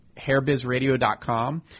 HairBizRadio.com